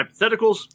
hypotheticals